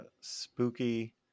Spooky